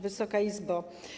Wysoka Izbo!